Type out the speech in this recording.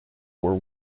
were